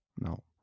No